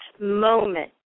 moment